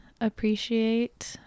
appreciate